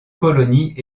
colonies